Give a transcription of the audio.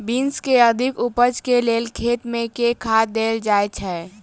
Beans केँ अधिक उपज केँ लेल खेत मे केँ खाद देल जाए छैय?